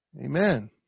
Amen